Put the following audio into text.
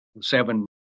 Seven